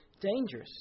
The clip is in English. dangerous